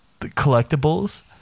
Collectibles